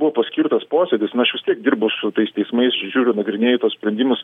buvo paskirtas posėdis na aš vis tiek dirbu su tais teismais žiūriu nagrinėju tuos sprendimus